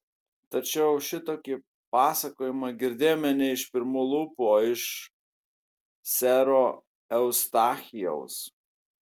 tačiau šitokį pasakojimą girdėjome ne iš pirmų lūpų o iš sero eustachijaus